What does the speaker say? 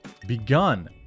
begun